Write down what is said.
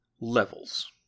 levels